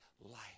life